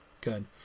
good